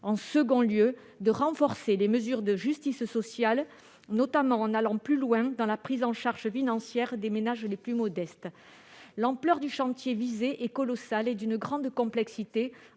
En second lieu, ils visent à renforcer les mesures de justice sociale, notamment en allant plus loin dans la prise en charge financière des ménages les plus modestes. L'ampleur du chantier visé est colossale et d'une grande complexité